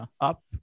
up